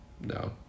no